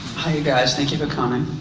hi you guys. thank you for coming.